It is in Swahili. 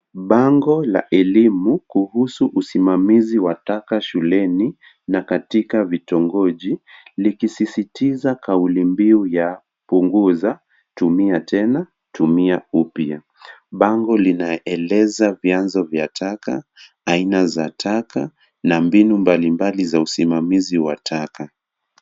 Bango la elimu kuhusu usimamizi wa taka shuleni na katika vitongoji, likisisitiza kauli mbiu ya punguza, tumia tena, tumia upya. Bango linaeleza vyanzo vya taka, aina za taka na mbinu mbalimbali za usimamizi wa taka.